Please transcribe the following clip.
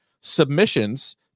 submissions